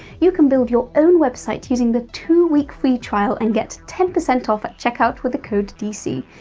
you can build your own website using the two week free trial, and get ten percent off at check out with the code dc.